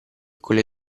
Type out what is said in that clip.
quelle